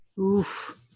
Oof